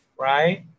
right